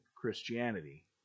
Christianity